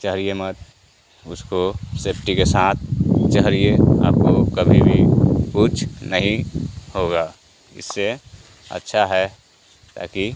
चढ़िए मत उसको सेफ़्टी के साथ चढ़िए आपको कभी भी कुछ नहीं होगा इससे अच्छा है ताकि